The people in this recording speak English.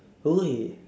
!oi!